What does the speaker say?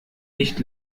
nicht